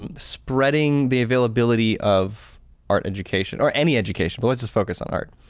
um spreading the availability of art education or any education, but let's just focus on art.